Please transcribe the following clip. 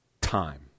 time